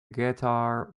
guitar